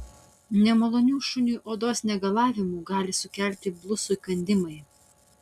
nemalonių šuniui odos negalavimų gali sukelti blusų įkandimai